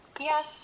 Yes